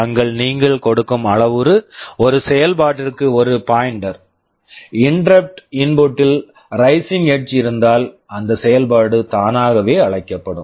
அங்கு நீங்கள் கொடுக்கும் அளவுரு ஒரு செயல்பாட்டிற்கு ஒரு pointer pointer interrupt input interrupt input ல் ரைசிங் எட்ஜ் rising edge இருந்தால் அந்த செயல்பாடு தானாகவே அழைக்கப்படும்